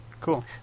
Cool